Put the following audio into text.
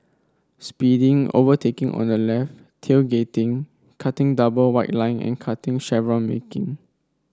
speeding overtaking on the left tailgating cutting double white line and cutting chevron marking